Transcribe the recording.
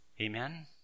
Amen